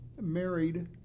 married